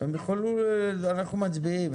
אנחנו מצביעים,